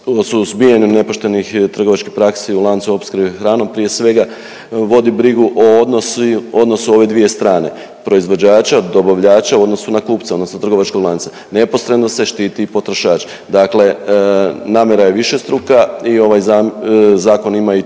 suzbijanju nepoštenih trgovačkih praksi u lanci opskrbe hranom prije svega vodi brigu o odnosu ove dvije strane, proizvođača, dobavljača u odnosu na kupca odnosno trgovačkog lanca. Neposredno se štiti i potrošač. Dakle, namjera je višestruka i ovaj zakon ima i